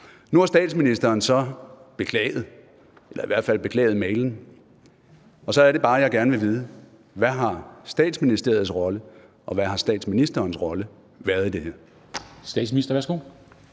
Nu har statsministeren så beklaget eller i hvert fald beklaget mailen, og så er det bare, jeg gerne vil vide: Hvad har Statsministeriets rolle og hvad har statsministerens rolle været i det her?